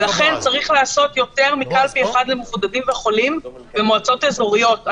לכן צריך לעשות יותר מקלפי אחת למבודדים וחולים במועצות אזוריות.